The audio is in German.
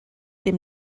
dem